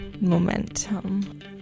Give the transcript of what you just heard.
momentum